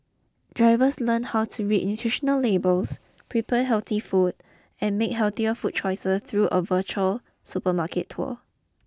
drivers learn how to read nutritional labels prepare healthy food and make healthier food choices through a virtual supermarket tour